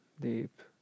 Deep